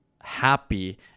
happy